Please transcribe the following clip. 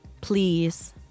please